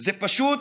זה פשוט